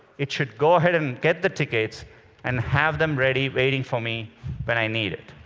it should go ahead and get the tickets and have them ready waiting for me when i need it.